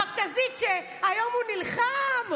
המכת"זית, שהיום הוא נלחם,